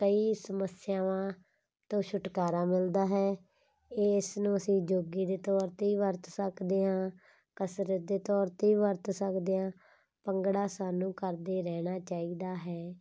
ਕਈ ਸਮੱਸਿਆਵਾਂ ਤੋਂ ਛੁਟਕਾਰਾ ਮਿਲਦਾ ਹੈ ਇਸ ਨੂੰ ਅਸੀਂ ਯੋਗੇ ਦੇ ਤੌਰ 'ਤੇ ਹੀ ਵਰਤ ਸਕਦੇ ਹਾਂ ਕਸਰਤ ਦੇ ਤੌਰ 'ਤੇ ਵੀ ਵਰਤ ਸਕਦੇ ਹਾਂ ਭੰਗੜਾ ਸਾਨੂੰ ਕਰਦੇ ਰਹਿਣ ਚਾਹੀਦਾ ਹੈ